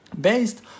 based